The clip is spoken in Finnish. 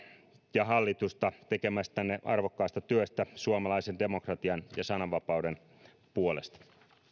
ja hallitusta tekemästänne arvokkaasta työstä suomalaisen demokratian ja sananvapauden puolesta